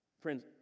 Friends